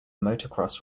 motocross